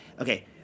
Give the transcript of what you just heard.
Okay